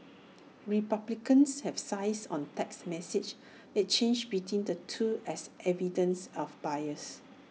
republicans have seized on text messages exchanged between the two as evidence of bias